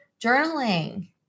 journaling